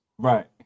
Right